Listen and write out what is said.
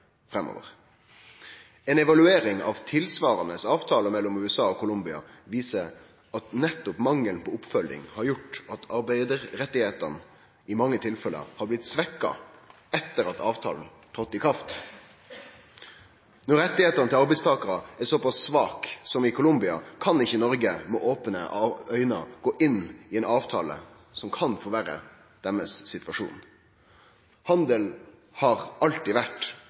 framover. Ei evaluering av tilsvarande avtale mellom USA og Colombia viser at nettopp mangelen på oppfølging har gjort at arbeidarrettane i mange tilfelle har blitt svekte etter at avtalen tredde i kraft. Når rettane til arbeidstakarar er såpass svak som i Colombia, kan ikkje Noreg med opne auge gå inn i ein avtale som kan forverre situasjonen deira. Handel har alltid vore